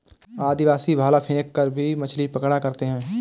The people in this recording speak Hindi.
आदिवासी भाला फैंक कर भी मछली पकड़ा करते थे